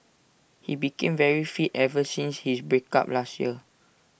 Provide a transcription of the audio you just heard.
he became very fit ever since his break up last year